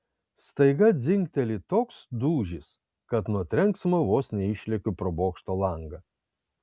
staiga dzingteli toks dūžis kad nuo trenksmo vos neišlekiu pro bokšto langą